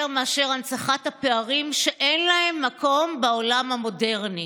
מאשר הנצחת פערים שאין לה מקום בעולם המודרני.